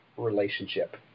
relationship